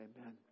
Amen